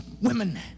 women